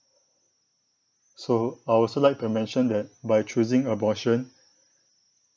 so I also like to mention that by choosing abortion